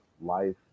life